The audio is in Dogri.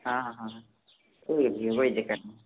हां हां ठीक ऐ कोई चक्कर निं